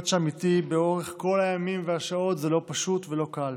להיות שם איתי לאורך כל הימים והשעות זה לא פשוט ולא קל.